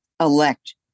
elect